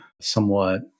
somewhat